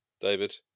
David